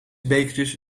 bekertjes